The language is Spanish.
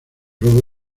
robo